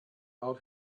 out